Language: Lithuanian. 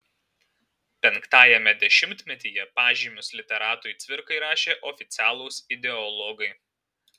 penktajame dešimtmetyje pažymius literatui cvirkai rašė oficialūs ideologai